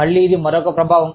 మళ్ళీ ఇది మరొక ప్రభావం